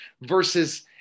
versus